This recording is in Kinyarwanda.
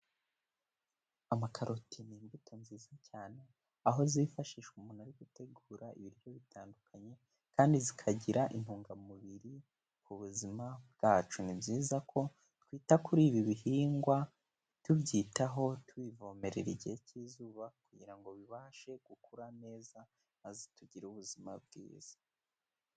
Amakaroti ni imbuto nziza cyane, aho zifashishwa umuntu ari gutegura ibiryo bitandukanye, kandi zikagira intungamubiri ku buzima bwacu, ni byiza ko twita kuri ibi bihingwa, tubyitaho, tubivomerera igihe cy'izuba, kugira ngo bibashe gukura neza, maze tugire ubuzima bwiza.